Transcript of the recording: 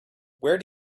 where